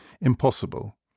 impossible